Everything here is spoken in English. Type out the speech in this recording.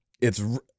It's-